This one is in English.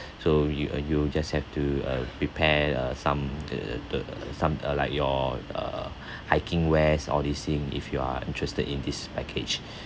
so you uh you just have to uh prepare uh some uh the some uh like your uh hiking wears all these thing if you are interested in this package